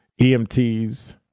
EMTs